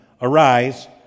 Arise